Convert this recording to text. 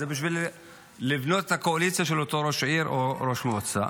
זה בשביל לבנות את הקואליציה של אותו ראש עיר או אותו ראש מועצה.